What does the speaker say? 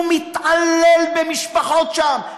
הוא מתעלל במשפחות שם,